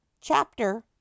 Chapter